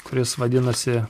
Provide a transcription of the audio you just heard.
kuris vadinosi